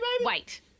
wait